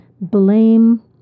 blame